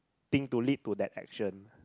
think to lead to that action